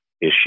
issue